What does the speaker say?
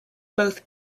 both